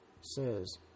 says